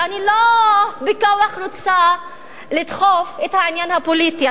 ואני לא בכוח רוצה לדחוף את העניין הפוליטי.